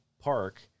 park